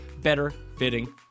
better-fitting